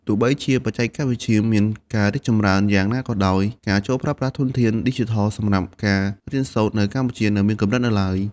ទោះបីជាបច្ចេកវិទ្យាមានការរីកចម្រើនយ៉ាងណាក៏ដោយ ការចូលប្រើប្រាស់ធនធានឌីជីថលសម្រាប់ការរៀនសូត្រនៅកម្ពុជានៅមានកម្រិតនៅឡើយ។